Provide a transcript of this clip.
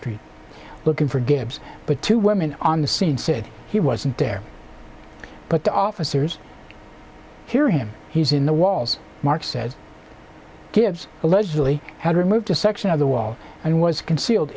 street looking for gibbs but two women on the scene said he wasn't there but the officers hear him he's in the walls mark said gibbs allegedly had removed a section of the wall and was concealed